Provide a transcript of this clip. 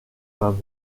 hameaux